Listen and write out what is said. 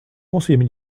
conseiller